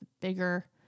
bigger